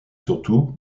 surtout